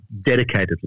dedicatedly